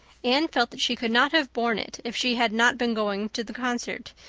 anne felt that she could not have borne it if she had not been going to the concert,